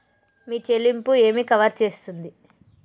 మీ చెల్లింపు ఏమి కవర్ చేస్తుంది?